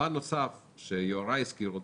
פן נוסף שיוראי הזכיר,